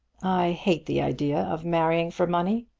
i hate the idea of marrying for money.